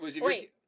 Wait